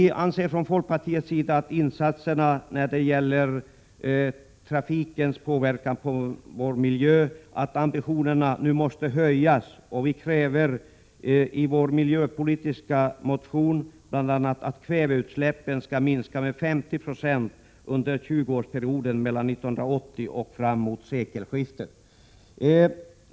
När det gäller insatserna mot trafikens påverkan på miljön anser folkpartiet att ambitionerna nu måste höjas, och vi kräver i vår miljöpolitiska motion bl.a. att kväveutsläppen skall minska med 50 20 under 20-årsperioden mellan 1980 och fram mot sekelskiftet.